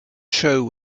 show